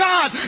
God